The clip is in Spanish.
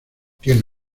tiene